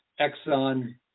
exxon